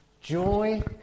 Joy